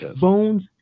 Bones